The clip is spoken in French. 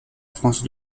france